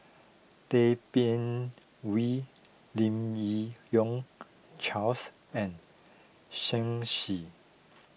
Tay Bin Wee Lim Yi Yong Charles and Shen Xi